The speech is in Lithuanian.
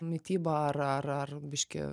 mitybą ar ar ar biškį